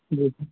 جی سر